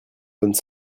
bonne